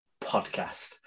Podcast